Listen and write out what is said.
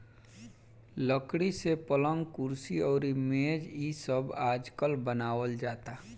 लकड़ी से पलंग, कुर्सी अउरी मेज़ इ सब आजकल बनावल जाता